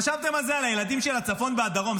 חשבתם על זה, על הילדים בצפון ובדרום?